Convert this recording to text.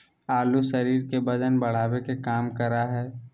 आलू शरीर के वजन बढ़ावे के काम करा हइ